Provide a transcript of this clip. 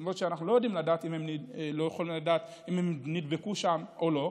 למרות שאנחנו לא יכולים לדעת אם הם נדבקו שם או לא.